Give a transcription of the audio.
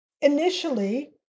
initially